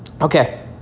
Okay